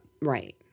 Right